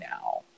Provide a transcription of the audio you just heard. now